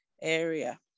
area